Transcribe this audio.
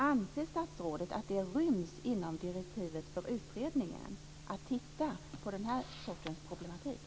Anser statsrådet att det ryms inom direktivet för utredningen att titta på den här sortens problematik?